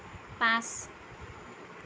পাঁচ